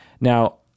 Now